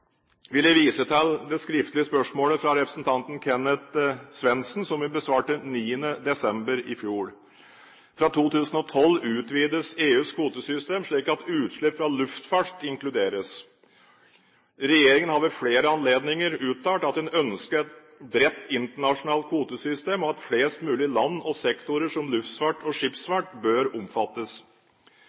vil jeg vise til det skriftlige spørsmålet fra representanten Kenneth Svendsen som jeg besvarte 9. desember i fjor. Fra 2012 utvides EUs kvotesystem, slik at utslipp fra luftfart inkluderes. Regjeringen har ved flere anledninger uttalt at den ønsker et bredt internasjonalt kvotesystem, og at flest mulig land og sektorer, som luftfart og skipsfart, bør omfattes.